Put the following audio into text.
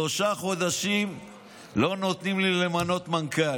שלושה חודשים לא נותנים לי למנות מנכ"ל.